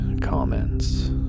comments